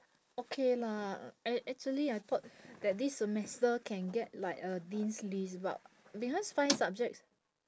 okay lah act~ actually I thought that this semester can get like a dean's list because five subjects